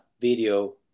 video